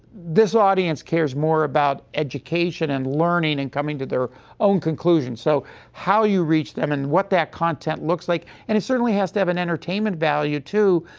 this audience cares more about education, and learning and coming to their own conclusions. so how you reach them and what that content looks like, and it certainly has to have an entertainment value, too.